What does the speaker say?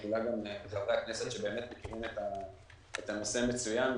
מחילה מחברי הכנסת שמכירים את הנושא מצוין,